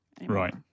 Right